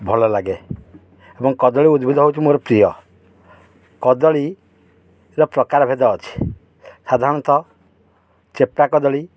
ଭଲ ଲାଗେ ଏବଂ କଦଳୀ ଉଦ୍ଭିଦ ହେଉଛି ମୋର ପ୍ରିୟ କଦଳୀର ପ୍ରକାର ଭେଦ ଅଛି ସାଧାରଣତଃ ଚେପ୍ଟା କଦଳୀ